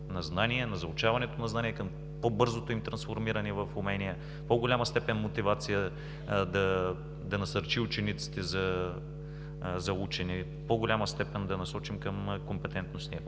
на знание, на заучаването на знания, към по-бързото им трансформиране в умения, в по-голяма степен мотивация да насърчи учениците за учене, в по-голяма степен да насочим към компетентностния